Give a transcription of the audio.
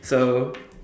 so